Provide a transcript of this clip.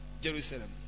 Jerusalem